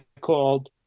called